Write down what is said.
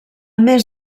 més